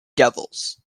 devils